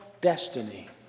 destiny